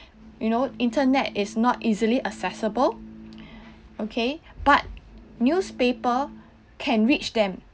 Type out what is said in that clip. you know internet is not easily accessible okay but newspaper can reach them